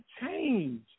change